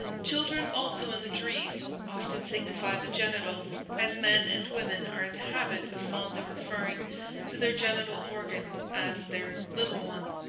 children also in the dream often signify the genitals, as men and women are in the habit of fondly referring to their genital organ as their little one.